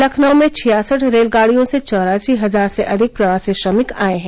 लखनऊ में छियासठ रेलगाड़ियों से चौरासी हजार से अधिक प्रवासी श्रमिक आए हैं